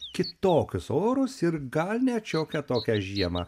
kitokius orus ir gal net šiokią tokią žiemą